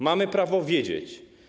Mamy prawo wiedzieć.